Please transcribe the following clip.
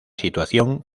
situación